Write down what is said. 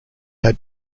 had